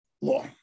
law